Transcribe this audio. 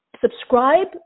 subscribe